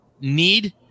need